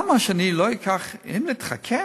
אם נתחכם,